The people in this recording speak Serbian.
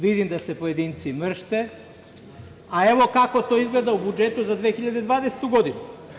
Vidim da se pojedinci mršte, a evo kako to izgleda u budžetu za 2020. godinu.